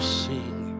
sing